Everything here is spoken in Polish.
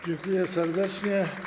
Dziękuję serdecznie.